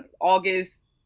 August